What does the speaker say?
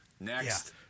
Next